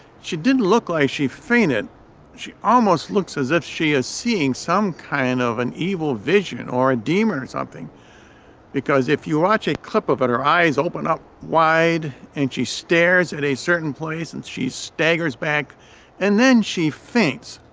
she didn't look like she fainted she almost looks as if she is seeing some kind of an evil vision or a demon or something because if you watch a clip of it, her eyes open up wide and she stares at a certain place and she staggers back and then she faints.